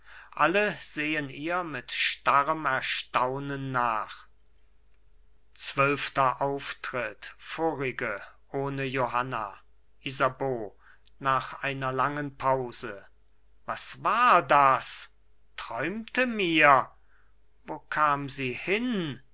alle sehen ihr mit starrem erstaunen nach zwölfter auftritt vorige ohne johanna isabeau nach einer langen pause was war das träumte mir wo kam sie hin